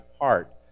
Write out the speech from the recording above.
heart